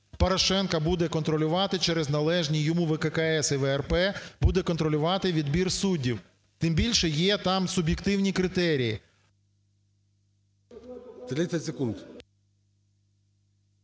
Порошенко буде контролювати через належні йому ВККС і ВРП, буде контролювати відбір суддів. Тим більше є там суб'єктивні критерії.